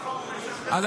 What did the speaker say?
החוק משחרר אותם.